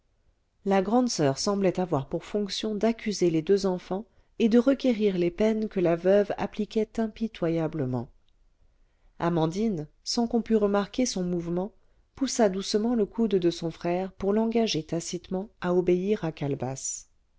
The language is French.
la grande soeur semblait avoir pour fonction d'accuser les deux enfants et de requérir les peines que la veuve appliquait impitoyablement amandine sans qu'on pût remarquer son mouvement poussa doucement le coude de son frère pour l'engager tacitement à obéir à calebasse